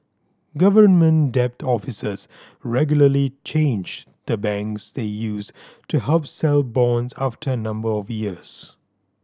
government debt officers regularly change the banks they use to help sell bonds after a number of years